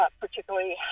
particularly